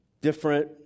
different